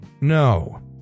No